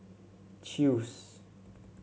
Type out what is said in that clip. Chew's